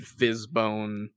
fizzbone